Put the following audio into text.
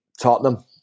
Tottenham